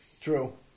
True